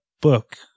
book